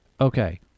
Okay